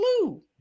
blue